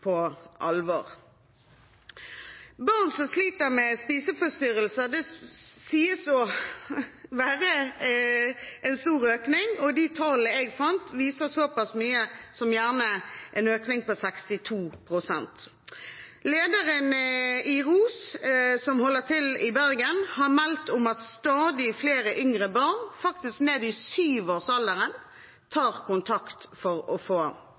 på alvor. Det sies å være en stor økning av barn som sliter med spiseforstyrrelser, og de tallene jeg fant, viser en økning på så mye som 62 pst. Lederen i ROS, som holder til i Bergen, har meldt om at stadig flere yngre barn, faktisk ned i 7-årsalderen, tar kontakt for å få